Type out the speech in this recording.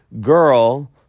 girl